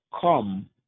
come